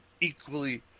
equally